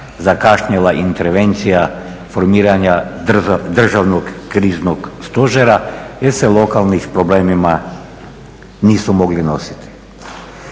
zakašnjela intervencija formiranja Državnog kriznog stožera jer se s lokalnim problemima nisu mogli nositi.